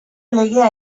legea